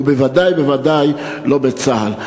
בוודאי ובוודאי לא בצה"ל.